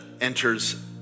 enters